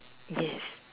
yes